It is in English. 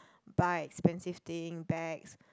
buy expensive thing bags